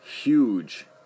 huge